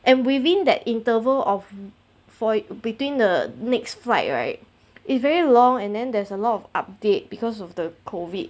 and within that interval of for between the next flight right is very long and then there's a lot of update because of the COVID